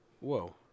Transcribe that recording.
Whoa